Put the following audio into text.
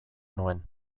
nuen